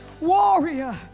warrior